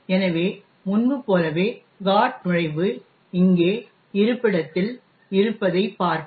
எனவே முன்பு போலவே GOT நுழைவு இங்கே இருப்பிடத்தில் இருப்பதைப் பார்ப்போம்